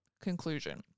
conclusion